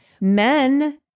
Men